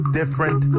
different